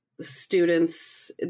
students